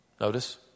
Notice